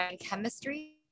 chemistry